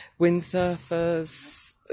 windsurfers